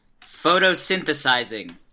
Photosynthesizing